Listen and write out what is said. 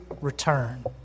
return